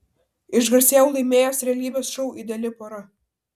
išgarsėjau laimėjęs realybės šou ideali pora